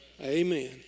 Amen